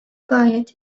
gayet